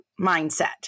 mindset